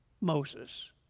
Moses